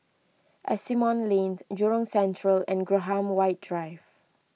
Asimont Lane Jurong Central and Graham White Drive